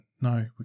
No